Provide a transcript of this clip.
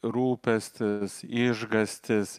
rūpestis išgąstis